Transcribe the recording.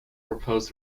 proposed